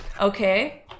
okay